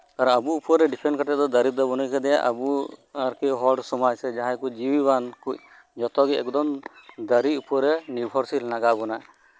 ᱟᱵᱚ ᱩᱯᱚᱨᱨᱮ ᱰᱤᱯᱮᱱᱰ ᱠᱟᱛᱮᱫ ᱫᱚ ᱫᱟᱨᱮᱹ ᱫᱚ ᱵᱟᱹᱱᱩᱭ ᱟᱠᱟᱫᱮᱭᱟ ᱟᱵᱚ ᱟᱨᱠᱤ ᱦᱚᱲ ᱥᱚᱢᱟᱡᱽ ᱡᱟᱦᱟᱸᱭ ᱠᱚ ᱡᱤᱣᱤ ᱟᱱᱠᱚ ᱡᱷᱚᱛᱜᱮ ᱟᱵᱚ ᱫᱚ ᱫᱟᱨᱮ ᱩᱯᱚᱨ ᱨᱮ ᱱᱤᱨᱵᱷᱚᱨᱥᱤᱞ ᱢᱮᱱᱟᱜ ᱟᱠᱟᱫ ᱵᱚᱱᱟ